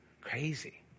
Crazy